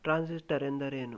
transistor ಎಂದರೇನು